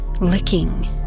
licking